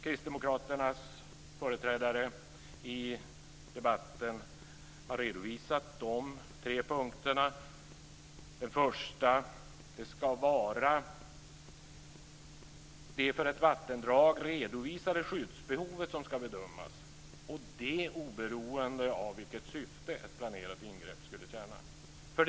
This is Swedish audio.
Kristdemokraternas företrädare i debatten har redovisat de tre punkterna. Den första är att det ska vara det för ett vattendrag redovisade skyddsbehovet som ska bedömas och detta oberoende av vilket syfte ett planerat ingrepp skulle tjäna.